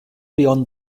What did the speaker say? beyond